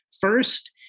First